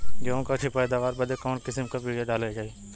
गेहूँ क अच्छी पैदावार बदे कवन किसीम क बिया डाली जाये?